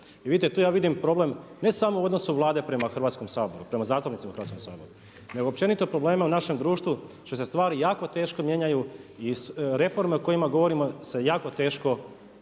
I vidite ja tu vidim problem, ne samo u odnosu Vlade prema Hrvatskom saboru, prema zakonicima u Hrvatskom saboru. Nego općenito probleme u našem društvu, što se stvari jako teško mijenjaju i reforme o kojima govorimo se jako teško